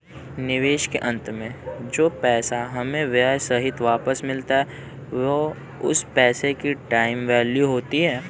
निवेश के अंत में जो पैसा हमें ब्याह सहित वापस मिलता है वो उस पैसे की टाइम वैल्यू होती है